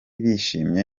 bishimye